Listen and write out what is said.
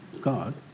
God